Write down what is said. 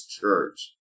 Church